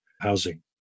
housing